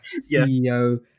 CEO